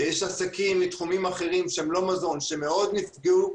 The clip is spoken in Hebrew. יש עסקים מתחומים אחרים שהם לא מזון, שמאוד נפגעו,